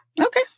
Okay